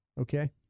Okay